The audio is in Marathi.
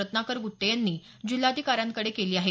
रत्नाकर गुट्टे यांनी जिल्हाधिकाऱ्यांकडे केली आहे